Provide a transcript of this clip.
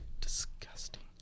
Disgusting